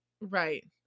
Right